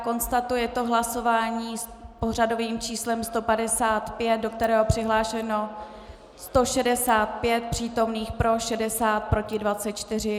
Konstatuji, je to hlasování s pořadovým číslem 155, do kterého je přihlášeno 165 přítomných, pro 60, proti 24.